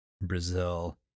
Brazil